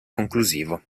conclusivo